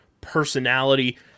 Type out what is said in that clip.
personality